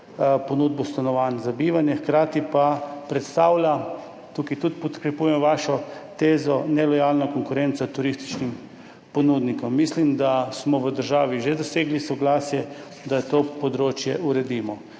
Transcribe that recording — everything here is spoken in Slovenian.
ponudbo stanovanj za bivanje, hkrati pa predstavlja, tukaj tudi podkrepljujem vašo tezo, nelojalno konkurenco turističnim ponudnikom. Mislim, da smo v državi že dosegli soglasje, da to področje uredimo.